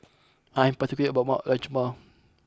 I am particular about my Rajma